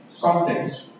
context